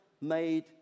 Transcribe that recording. made